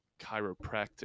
chiropractic